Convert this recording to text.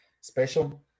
special